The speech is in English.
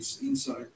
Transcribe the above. Insight